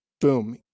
boom